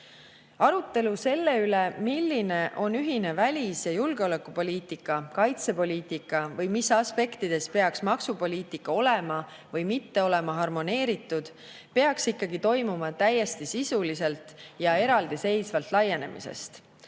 Arutelu selle üle, milline on ühine välis- ja julgeolekupoliitika, kaitsepoliitika või mis aspektides peaks maksupoliitika olema või mitte olema harmoneeritud, peaks ikkagi toimuma täiesti sisuliselt ja eraldiseisvalt laienemisest.